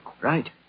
Right